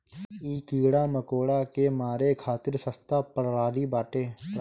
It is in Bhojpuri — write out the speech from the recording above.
इ कीड़ा मकोड़ा के मारे खातिर सस्ता प्रणाली बाटे